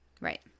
Right